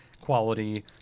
quality